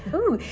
oh,